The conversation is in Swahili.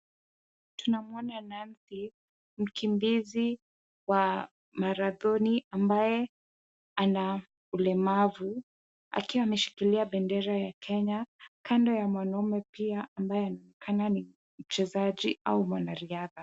Tunamuona Nancy mkimbizi wa marathoni ambaye ana ulemavu akiwa ameshikilia bendera ya kenya. Kando ya mwanaume pia ambeya anaonekana ni mchezaji au mwanariadha.